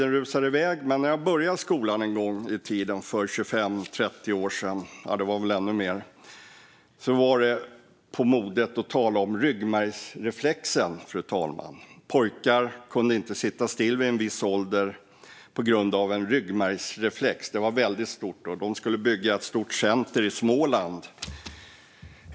När jag började skolan en gång i tiden för 25-30 år sedan - det är väl ännu mer - var det på modet att tala om ryggmärgsreflexen, fru talman. Pojkar kunde inte sitta stilla vid en viss ålder på grund av en ryggmärgsreflex. Det var väldigt stort. Man skulle bygga ett stort center i Småland för det.